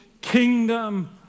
kingdom